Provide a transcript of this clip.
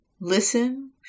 listen